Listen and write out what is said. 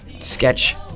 sketch